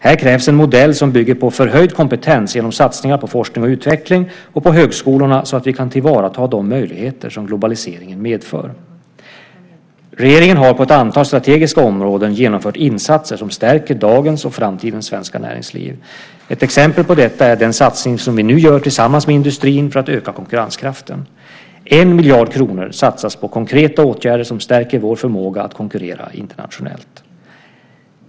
Här krävs en modell som bygger på förhöjd kompetens genom satsningar på forskning och utveckling och på högskolorna så att vi kan tillvarata de möjligheter som globaliseringen medför. Regeringen har på ett antal strategiska områden genomfört insatser som stärker dagens och framtidens svenska näringsliv. Ett exempel på detta är den satsning som vi nu gör tillsammans med industrin för att öka konkurrenskraften. 1 miljard kronor satsas på konkreta åtgärder som stärker vår förmåga att konkurrera internationellt.